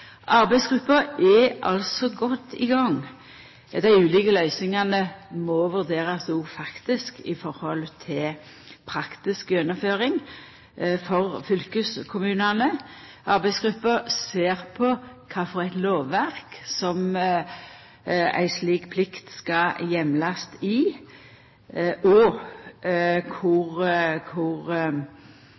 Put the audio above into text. Arbeidsgruppa er godt i gang. Dei ulike løysingane må vurderast i høve til praktisk gjennomføring for fylkeskommunane. Arbeidsgruppa ser på kva lovverk ei slik plikt skal heimlast i, og kor